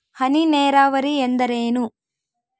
ಹನಿ ನೇರಾವರಿ ಎಂದರೇನು?